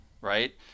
right